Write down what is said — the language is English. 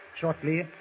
Shortly